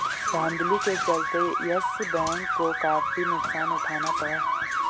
धांधली के चलते यस बैंक को काफी नुकसान उठाना पड़ा